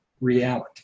reality